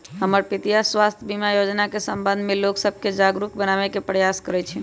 हमर पितीया स्वास्थ्य बीमा जोजना के संबंध में लोग सभके जागरूक बनाबे प्रयास करइ छिन्ह